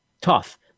tough